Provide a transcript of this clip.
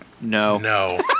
No